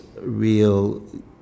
real